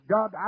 God